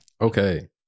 Okay